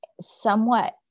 somewhat